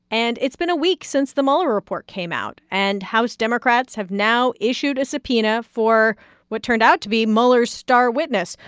and it's been a week since the mueller report came out, and house democrats have now issued a subpoena for what turned out to be mueller's star witness,